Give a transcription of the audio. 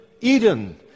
Eden